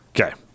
Okay